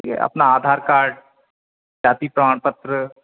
ठीक है अपना आधार कार्ड जाति प्रमाण पत्र